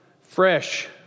fresh